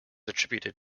attributed